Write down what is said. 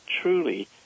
truly